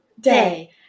day